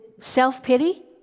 Self-pity